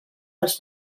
dels